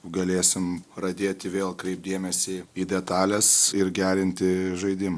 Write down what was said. galėsim pradėti vėl kreipt dėmesį į detales ir gerinti žaidimą